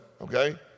okay